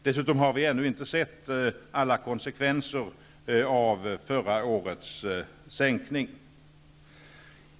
Dessutom har vi ännu inte sett alla konsekvenser av förra årets sänkning.